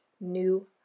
new